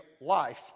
life